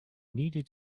needed